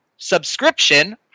subscription